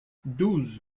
douze